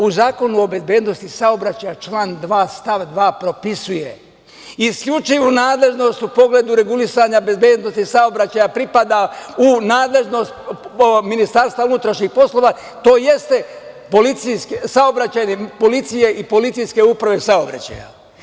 U Zakonu o bezbednosti saobraćaja, član 2. stav 2. propisuje isključivu nadležnost u pogledu regulisanja bezbednosti saobraćaja pripada u nadležnost MUP, tj. saobraćajne policije i policijske uprave saobraćaja.